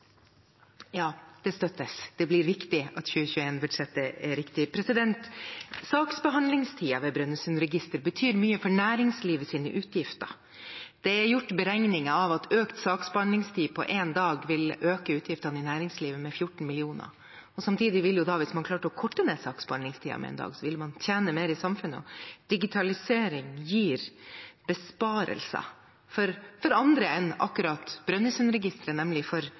Det støttes. Det blir viktig at 2021-budsjettet er riktig. Saksbehandlingstiden ved Brønnøysundregistrene betyr mye for næringslivets utgifter. Det er gjort beregninger av at økt saksbehandlingstid på én dag vil øke utgiftene for næringslivet med 14 mill. kr. Samtidig ser man at hvis man klarte å korte ned saksbehandlingstiden med én dag, ville samfunnet tjene mer. Digitalisering gir besparelser for andre enn bare Brønnøysundregistrene, nemlig for næringslivet. Næringsministeren møter jo mange bedrifter. Har han møtt bekymringer for saksbehandlingstiden ved Brønnøysundregistrene i